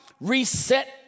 reset